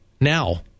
Now